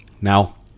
Now